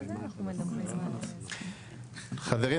חברים,